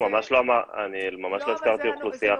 ממש לא אמרתי את זה.